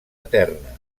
eterna